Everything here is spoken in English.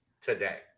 today